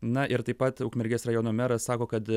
na ir taip pat ukmergės rajono meras sako kad